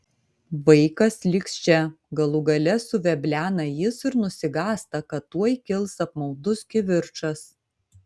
vaikas liks čia galų gale suveblena jis ir nusigąsta kad tuoj kils apmaudus kivirčas